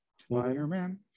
Spider-Man